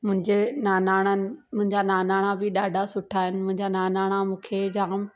मुंहिंजे नानाणनि मुंहिंजा नानाणा बि ॾाढा सुठा आहिनि मुंहिंजा नानाणा मूंखे जाम